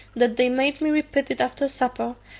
that they made me repeat it after supper,